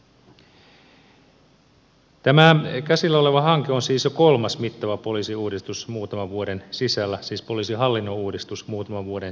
tämä käsillä oleva hanke on siis jo kolmas mittava poliisihallinnon uudistus muutaman vuoden sisällä